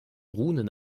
runen